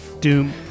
Doom